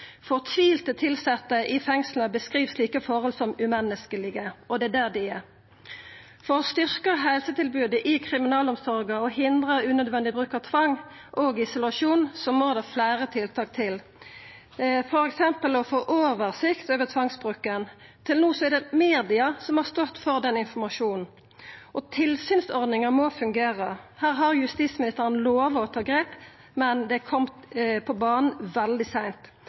Fortvilte tilsette i fengsla beskriv slike tilhøve som umenneskelege, og det er det dei er. For å styrkja helsetilbodet i kriminalomsorga og hindra unødig bruk av tvang og isolasjon må fleire tiltak til, f.eks. å få oversikt over tvangsbruken. Til no har media stått for den informasjonen. Tilsynsordninga må fungera. Her har justisministeren lova å ta grep, men kom på banen veldig seint.